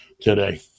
today